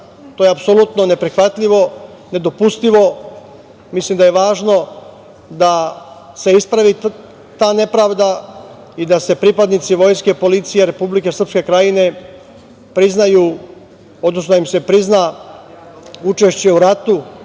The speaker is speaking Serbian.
je apsolutno neprihvatljivo, nedopustivo. Mislim da je važno da se ispravi ta nepravda i da se pripadnicima vojske i policije Republike Srpske Krajne prizna učešće u ratu